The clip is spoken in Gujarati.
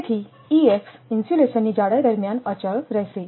તેથી ઇન્સ્યુલેશનની જાડાઈ દરમિયાન અચળ રહેશે